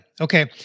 Okay